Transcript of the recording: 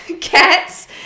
cats